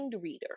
reader